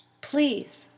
Please